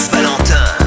Valentin